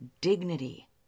dignity